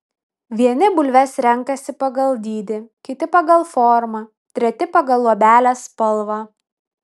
vieni bulves renkasi pagal dydį kiti pagal formą treti pagal luobelės spalvą